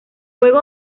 fuego